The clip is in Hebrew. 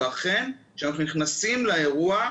ואכן כשאנחנו נכנסים לאירוע,